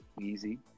Easy